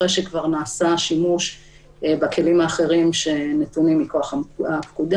אחרי שכבר נעשה שימוש בכלים האחרים שנתונים מכוח הפקודה.